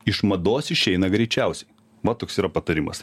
iš mados išeina greičiausiai va toks yra patarimas